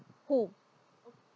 who